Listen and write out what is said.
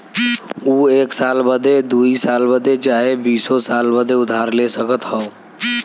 ऊ एक साल बदे, दुइ साल बदे चाहे बीसो साल बदे उधार ले सकत हौ